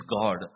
God